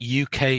UK